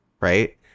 right